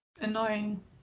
Annoying